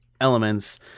elements